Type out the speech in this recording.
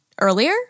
earlier